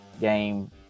game